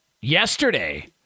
yesterday